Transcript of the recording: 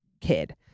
kid